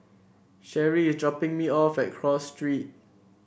Sherrie is dropping me off at Cross Street